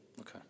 Okay